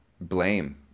blame